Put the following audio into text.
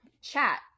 chat